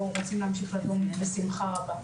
או רוצים להמשיך לדון בשמחה רבה.